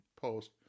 post